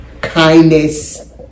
kindness